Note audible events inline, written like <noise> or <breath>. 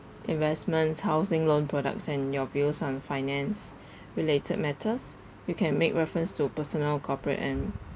investments housing loan products and your views on finance <breath> related matters you can make reference to personal corporate and